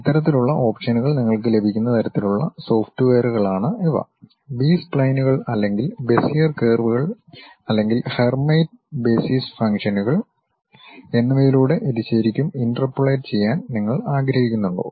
ഇത്തരത്തിലുള്ള ഓപ്ഷനുകൾ നിങ്ങൾക്ക് ലഭിക്കുന്ന തരത്തിലുള്ള സോഫ്റ്റ്വെയറുകളാണ് ഇവ ബി സ്പ്ലൈനുകൾ അല്ലെങ്കിൽ ബെസിയർ കർവുകൾ അല്ലെങ്കിൽ ഹെർമൈറ്റ് ബേസിസ് ഫംഗ്ഷനുകൾ എന്നിവയിലൂടെ ഇത് ശരിക്കും ഇന്റർപോളേറ്റ് ചെയ്യാൻ നിങ്ങൾ ആഗ്രഹിക്കുന്നുണ്ടോ